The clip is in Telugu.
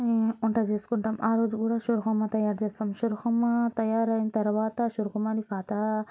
వంట చేసుకుంటాం ఆరోజు కూడా షీర్కుర్మా తయారు చేసుకుంటాం షీర్కుర్మా తయారైన తర్వాత షీర్కుర్మాని పాతా